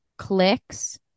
clicks